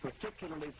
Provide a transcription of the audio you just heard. particularly